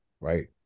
Right